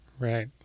Right